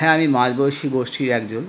হ্যাঁ আমি মাঝবয়সী গোষ্ঠীর একজন